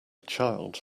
child